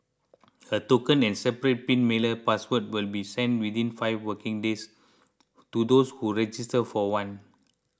a token and separate pin mailer password will be sent within five working days to those who register for one